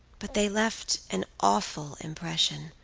but they left an awful impression,